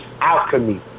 alchemy